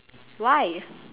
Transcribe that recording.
why